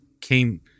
came